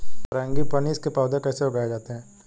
Frangipanis के पौधे कैसे उगाए जाते हैं?